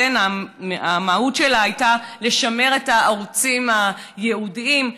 המהות שלה הייתה לשמר את הערוצים הייעודיים.